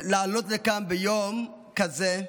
לעלות לכאן ביום כזה,